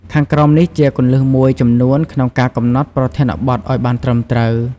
ខាងក្រោមនេះជាគន្លឹះមួយចំនួនក្នុងការកំណត់ប្រធានបទឲ្យបានត្រឺមត្រូវ៖